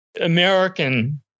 American